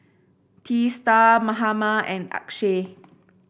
Teesta Mahatma and Akshay